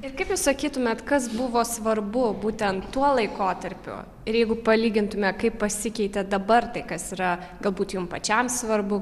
ir kaip jūs sakytumėt kas buvo svarbu būtent tuo laikotarpiu ir jeigu palygintume kaip pasikeitė dabar tai kas yra galbūt jum pačiam svarbu